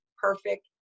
perfect